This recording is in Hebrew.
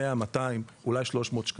100 ₪, 200 ₪, אולי 300 ₪.